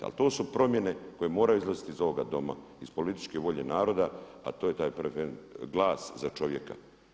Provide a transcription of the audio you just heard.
Ali to su promjene koje moraju izlaziti iz ovoga doma, iz političke volje naroda a to je taj glas za čovjeka.